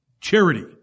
charity